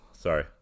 sorry